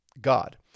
God